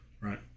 right